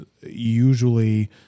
usually